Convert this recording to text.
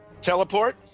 Teleport